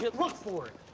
look for